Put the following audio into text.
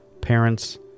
parents